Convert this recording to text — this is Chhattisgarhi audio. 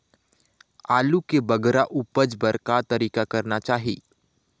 आलू के बगरा उपज बर का तरीका करना चाही?